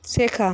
শেখা